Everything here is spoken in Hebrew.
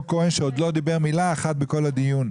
כהן שעוד לא דיבר מילה אחת בכל הדיון.